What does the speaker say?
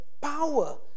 power